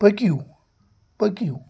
پٔکِو